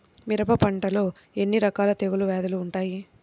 మిరప పంటలో ఎన్ని రకాల తెగులు వ్యాధులు వుంటాయి?